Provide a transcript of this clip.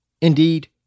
Indeed